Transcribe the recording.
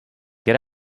get